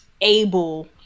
able